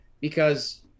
because-